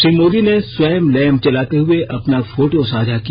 श्री मोदी ने स्वयं लैम्प जलाते हुए अपना फोटो साझा किया